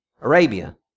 Arabia